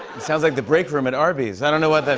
sounds like the break room at arby's. i don't know what